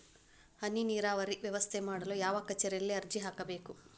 ಹನಿ ನೇರಾವರಿ ವ್ಯವಸ್ಥೆ ಮಾಡಲು ಯಾವ ಕಚೇರಿಯಲ್ಲಿ ಅರ್ಜಿ ಹಾಕಬೇಕು?